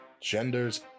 genders